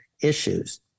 issues